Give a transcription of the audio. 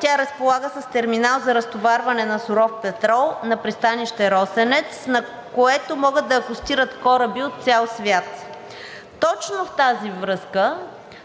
тя разполага с терминал за разтоварване на суров петрол на пристанище Росенец, на което могат да акостират кораби от цял свят. Точно в тази връзка